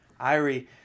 Irie